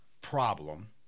problem